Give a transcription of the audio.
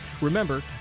Remember